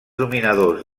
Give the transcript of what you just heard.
dominadors